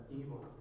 evil